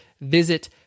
visit